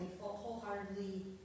wholeheartedly